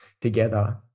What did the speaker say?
together